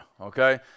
okay